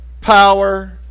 power